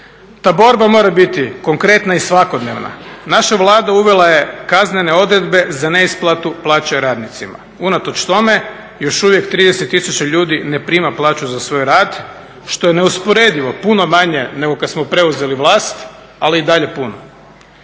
Ta borba mora biti konkretna i svakodnevna. Naša Vlada uvela je kaznene odredbe za neisplatu plaće radnicima. Unatoč tome, još uvijek 30 tisuća ljudi ne prima plaću za svoj rad što je neusporedivo puno manje nego kad smo preuzeli vlast, ali i dalje puno.